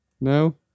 No